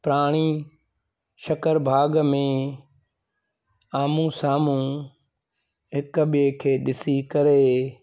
प्राणी शक्करबाग़ में आम्हूं साम्हूं हिक ॿिए खे ॾिसी करे